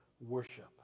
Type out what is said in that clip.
worship